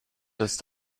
ist